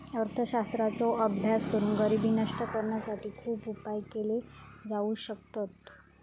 अर्थशास्त्राचो अभ्यास करून गरिबी नष्ट करुसाठी खुप उपाय केले जाउ शकतत